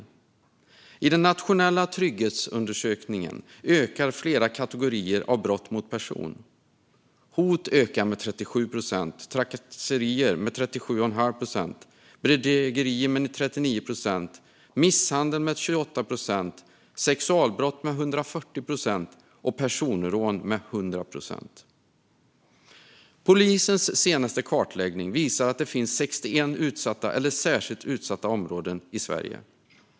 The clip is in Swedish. Enligt den nationella trygghetsundersökningen ökar flera kategorier av brott mot person. Hot ökar med 37 procent, trakasserier ökar med 37,5 procent, bedrägerier ökar med 39 procent, misshandel ökar med 28 procent, sexualbrott ökar med 140 procent och personrån ökar med 100 procent. Polisens senaste kartläggning visar att det finns 61 utsatta eller särskilt utsatta områden i Sverige.